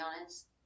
honest